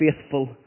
faithful